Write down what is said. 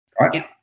Right